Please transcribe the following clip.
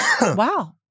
Wow